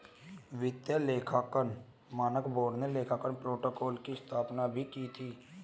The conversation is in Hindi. वित्तीय लेखांकन मानक बोर्ड ने लेखांकन प्रोटोकॉल की स्थापना भी की थी